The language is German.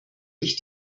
ich